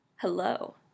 Hello